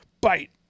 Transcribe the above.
bite